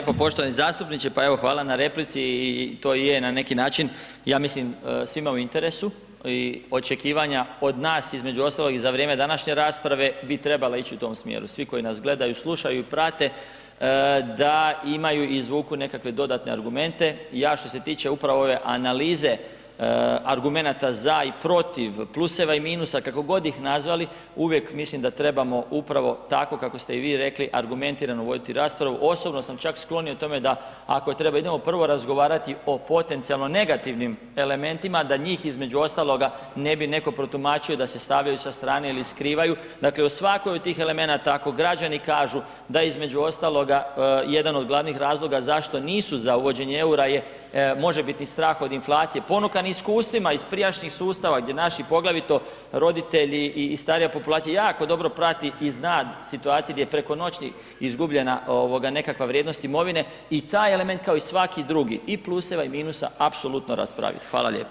Hvala lijepo, poštovani zastupniče, pa evo hvala na replici i, i to i je na neki način ja mislim svima u interesu i očekivanja od nas između ostalog i za vrijeme današnje rasprave bi trebala ić u tom smjeru, svi koji nas gledaju i slušaju i prate da imaju i izvuku nekakve dodatne argumente, ja što se tiče upravo ove analize argumenata za i protiv, pluseva i minusa, kako god ih nazvali, uvijek mislim da trebamo upravo tako kako ste i vi rekli argumentirano voditi raspravu, osobno sam čak sklon i o tome da ako treba idemo prvo razgovarati o potencijalno negativnim elementima da njih između ostaloga ne bi neko protumačio da se stavljaju sa strane ili skrivaju, dakle u svakoj od tih elemenata ako građani kažu da između ostaloga jedan od glavnih razloga zašto nisu za uvođenje EUR-a je možebitni strah od inflacije, ponukan iskustvima iz prijašnjih sustava gdje naši poglavito roditelji i starija populacija jako dobro prati i zna situacije gdje je preko noći izgubljena ovoga nekakva vrijednost imovine i taj element kao i svaki drugi i pluseva i minusa apsolutno raspravit.